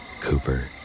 Cooper